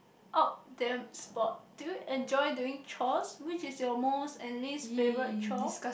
out them sport do you enjoy doing chores which is your most and least favourite chore